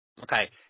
Okay